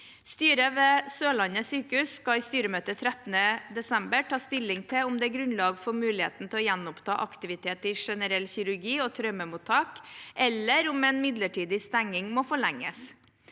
Styret ved Sørlandet sykehus skal i styremøtet 13. desember ta stilling til om det er grunnlag for muligheten til å gjenoppta aktivitet i generell kirurgi og traumemottak, eller om en midlertidig stenging må forlenges.